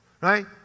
right